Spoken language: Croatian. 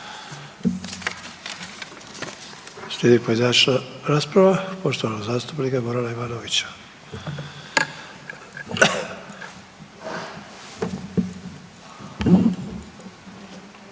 Slijedi pojedinačna rasprava poštovanog zastupnika Gorana Ivanovića.